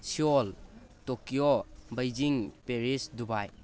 Seoul Tokyo Beijing Paris Dubai